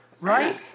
Right